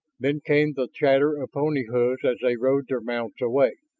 then came the clatter of pony hoofs as they rode their mounts away.